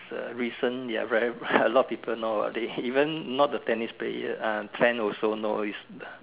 is a recent ya very a lot of people know about it even not the tennis player uh fan also know it's a